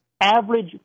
average